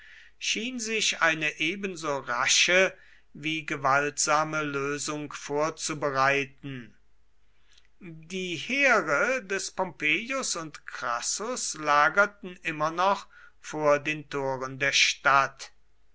schien sich eine ebenso rasche wie gewaltsame lösung vorzubereiten die heere des pompeius und crassus lagerten immer noch vor den toren der stadt